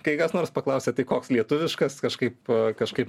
kai kas nors paklausia tai koks lietuviškas kažkaip a kažkaip